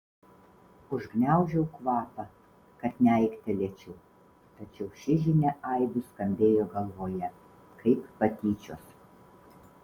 užgniaužiau kvapą kad neaiktelėčiau tačiau ši žinia aidu skambėjo galvoje kaip patyčios